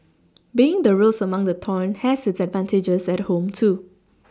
being the rose among the thorns has its advantages at home too